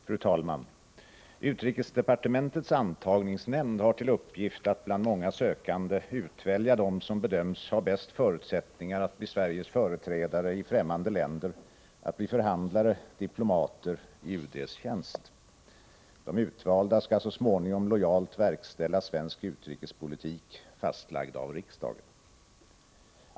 Fru talman! Utrikesdepartementets antagningsnämnd har till uppgift att bland många sökande utvälja dem som bedöms ha de bästa förutsättningarna att bli Sveriges företrädare i ffrämmande länder, att bli förhandlare och diplomater i utrikesdepartementets tjänst. De utvalda skall så småningom lojalt verkställa svensk utrikespolitik, fastlagd av riksdagen.